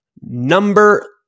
Number